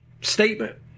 statement